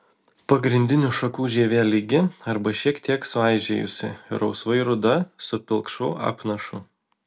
pagrindinių šakų žievė lygi arba šiek tiek suaižėjusi rausvai ruda su pilkšvu apnašu